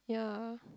yeah